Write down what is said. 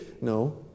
No